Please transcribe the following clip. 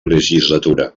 legislatura